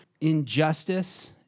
injustice